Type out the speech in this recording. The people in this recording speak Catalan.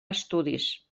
estudis